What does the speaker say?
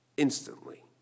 Instantly